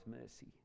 mercy